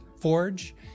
forge